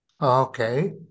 Okay